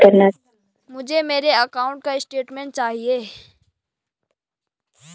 मुझे मेरे अकाउंट का स्टेटमेंट चाहिए?